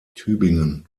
tübingen